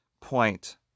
point